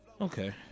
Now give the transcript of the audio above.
Okay